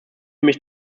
mich